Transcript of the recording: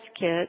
kit